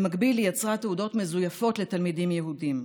במקביל, היא יצרה תעודות מזויפות לתלמידים יהודים.